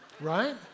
Right